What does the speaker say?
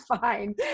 fine